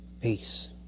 Peace